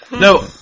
No